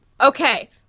Okay